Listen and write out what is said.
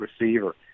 receiver